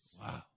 Wow